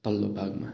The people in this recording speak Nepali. पल्लो भागमा